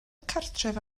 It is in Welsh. cartref